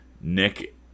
Nick